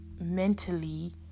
mentally